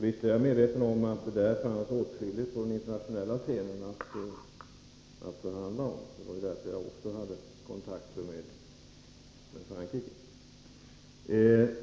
Visst är jag medveten om att det fanns åtskilligt att förhandla om på den internationella scenen — det var därför jag också hade kontakter med Frankrike.